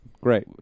Great